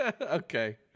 Okay